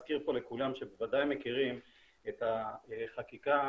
אזכיר פה לכולם שבוודאי מכירים את החקיקה,